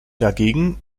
dagegen